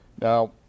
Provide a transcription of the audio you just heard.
Now